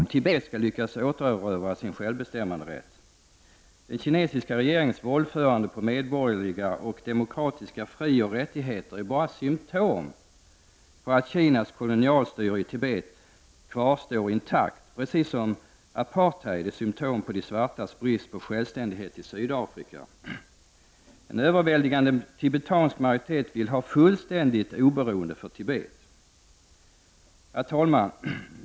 Herr talman! Utrikesministerns svar på interpellantens första fråga, om regeringen är beredd att ompröva sin inställning till Kinas överhöghet till Tibet, innebär att Sten Andersson kringgår huvudproblemet för Tibets folk. Sverige har aldrig ifrågasatt Kinas faktiska överhöghet. Huvudproblemet är om Tibet skall lyckas återerövra sin självbestämmanderätt. Den kinesiska regeringens våldförande på de medborgarliga och demokratiska fri och rättigheterna är bara symptom på att Kinas kolonialstyrelse i Tibet kvarstår intakt, precis som apartheid är symptom på de svartas brist på självständighet i Sydafrika. En överväldigande tibetansk majoritet vill ha fullständigt oberoende för Tibet. Herr talman!